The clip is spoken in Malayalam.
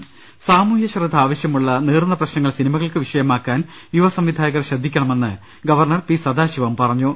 രദേഷ്ടങ സാമൂഹ്യശ്രദ്ധ ആവശ്യമുള്ള നീറുന്ന പ്രശ്നങ്ങൾ സിനിമകൾക്ക് വിഷ യമാക്കാൻ യുവസംവിധായകർ ശ്രദ്ധിക്കണമെന്ന് ഗവർണർ പി സദാശിവം പറഞ്ഞു